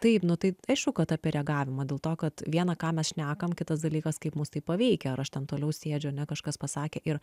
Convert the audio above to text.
taip nu tai aišku kad apie reagavimą dėl to kad viena ką mes šnekam kitas dalykas kaip mus tai paveikia ar aš ten toliau sėdžiu ane kažkas pasakė ir